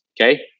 Okay